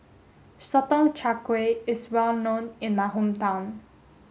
Sotong Char Kway is well known in my hometown